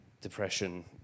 depression